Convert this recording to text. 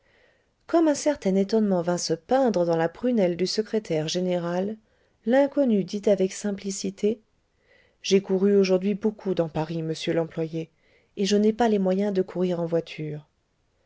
comme un certain étonnement vint se peindre dans la prunelle du secrétaire général l'inconnu dit avec simplicité j'ai couru aujourd'hui beaucoup dans paris monsieur l'employé et je n'ai pas les moyens de courir en voiture